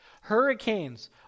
Hurricanes